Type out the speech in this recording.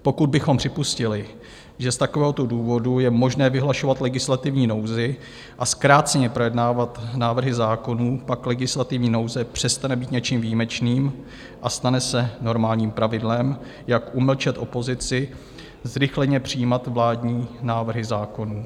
Pokud bychom připustili, že z takovéhoto důvodu je možné vyhlašovat legislativní nouzi a zkráceně projednávat návrhy zákonů, pak legislativní nouze přestane být něčím výjimečným a stane se normálním pravidlem, jak umlčet opozici, zrychleně přijímat vládní návrhy zákonů.